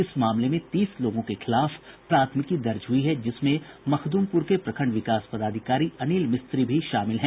इस मामले में तीस लोगों के खिलाफ प्राथमिकी दर्ज हुई है जिसमें मखदुमपुर के प्रखंड विकास पदाधिकारी अनिल मिस्त्री भी शामिल हैं